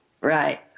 Right